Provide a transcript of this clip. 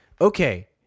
okay